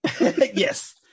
Yes